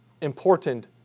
important